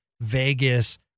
Vegas